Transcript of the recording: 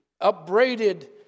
upbraided